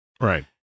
right